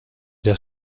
der